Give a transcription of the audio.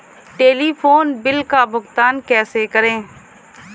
Telephone bill का भुगतान कैसे करें?